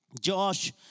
Josh